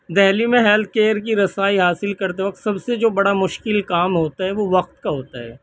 دہلی میں health care کی رسائی حاصل کرتے وقت سب سے جو بڑا مشکل کام ہوتا ہے وہ وقت کا ہوتا ہے